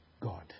God